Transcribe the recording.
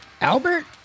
Albert